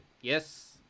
yes